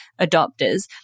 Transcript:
adopters